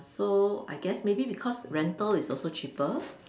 so I guess maybe because rental is also cheaper